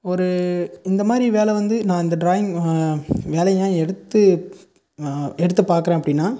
ஒரு இந்தமாதிரி வேலை வந்து நான் இந்த டிராயிங் வேலையாக எடுத்து எடுத்து பார்க்குறேன் அப்படின்னா